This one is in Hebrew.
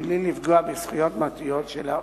בלי לפגוע בזכויותיו המהותיות של העצור.